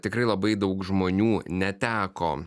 tikrai labai daug žmonių neteko